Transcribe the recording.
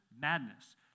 madness